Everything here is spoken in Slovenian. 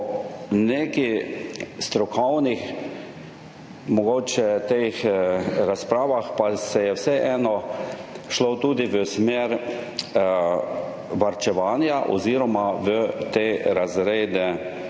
Po nekih strokovnih razpravah pa se je vseeno šlo tudi v smer varčevanja oziroma v te razrede